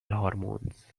hormones